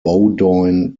bowdoin